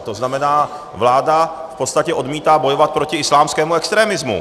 To znamená, vláda v podstatě odmítá bojovat proti islámskému extremismu.